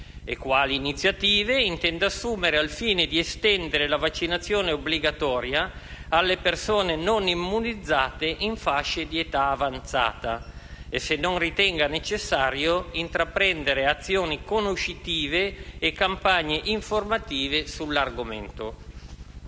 quali iniziative intenda assumere al fine di estendere la vaccinazione obbligatoria alle persone non immunizzate in fascia di età avanzata e se non ritenga necessario intraprendere azioni conoscitive e campagne informative sull'argomento.